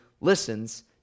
listens